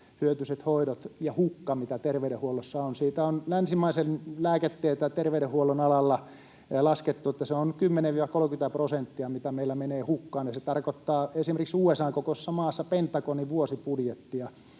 vähähyötyiset hoidot ja hukka, mitä terveydenhuollossa on. Siitä on länsimaisen lääketieteen ja terveydenhuollon alalla laskettu, että se on 10—30 prosenttia, mitä meillä menee hukkaan, ja se tarkoittaa esimerkiksi USA:n kokoisessa maassa Pentagonin vuosibudjettia,